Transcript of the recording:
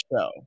show